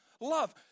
love